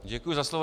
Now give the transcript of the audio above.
Děkuji za slovo.